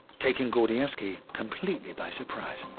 taking gordievsky completely by surprise.